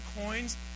coins